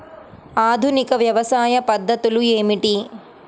ఆధునిక వ్యవసాయ పద్ధతులు ఏమిటి?